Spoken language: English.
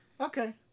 Okay